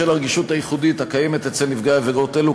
בשל הרגישות הייחודית הקיימת אצל נפגעי עבירות אלו,